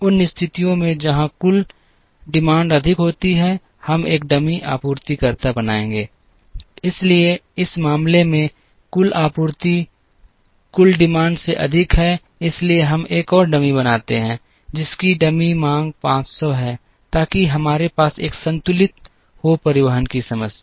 उन स्थितियों में जहां कुल मांग अधिक होती है हम एक डमी आपूर्तिकर्ता बनायेंगे इसलिए इस मामले में कुल आपूर्ति कुल माँग से अधिक है इसलिए हम एक और डमी बनाते हैं जिसकी डमी माँग 500 है ताकि हमारे पास एक संतुलित हो परिवहन की समस्या